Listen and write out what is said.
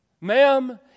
Ma'am